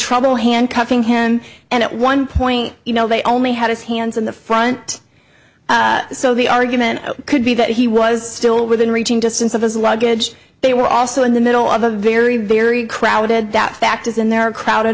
trouble handcuffing him and at one point you know they only had his hands in the front so the argument could be that he was still within reaching distance of his luggage they were also in the no of a very very crowded that fact is in their crowded